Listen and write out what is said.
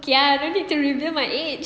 okay ah don't need to reveal my age